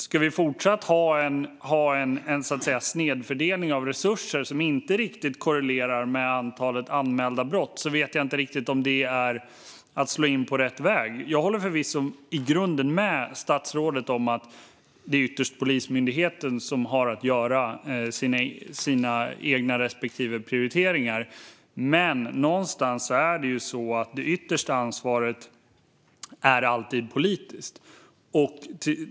Ska vi fortsatt ha en snedfördelning av resurser som inte riktigt korrelerar med antalet anmälda brott? Det är inte riktigt att slå in på rätt väg. Jag håller förvisso i grunden med statsrådet om att det ytterst är Polismyndigheten som har att göra sina egna prioriteringar, men det yttersta ansvaret är alltid politiskt.